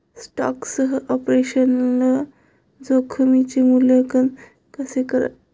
स्टॉकसह ऑपरेशनल जोखमीचे मूल्यांकन कसे करावे?